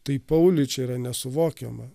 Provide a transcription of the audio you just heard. tai pauliui čia yra nesuvokiama